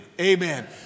Amen